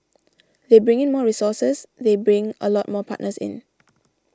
they bring in more resources they bring a lot more partners in